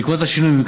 בעקבות השינוי,